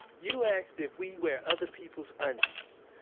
you asked if we wear other people's undies,